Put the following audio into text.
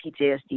PTSD